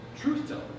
truth-teller